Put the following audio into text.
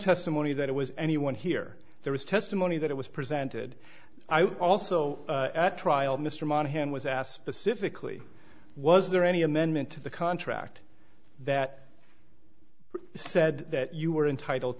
testimony that it was anyone here there was testimony that it was presented also at trial mr monaghan was asked specifically was there any amendment to the contract that said that you were entitled